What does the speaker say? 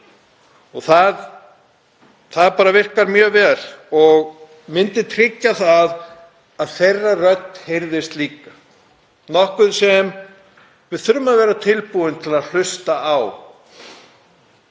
allra. Það virkar mjög vel og myndi tryggja að þeirra rödd heyrðist líka, nokkuð sem við þurfum að vera tilbúin til að hlusta á